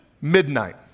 midnight